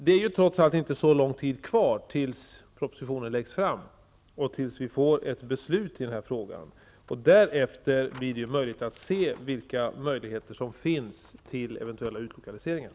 Trots allt är det inte så lång tid kvar tills en proposition läggs fram och beslut fattas i frågan. Därefter kan vi se vilka möjligheter som finns till eventuella utlokaliseringar.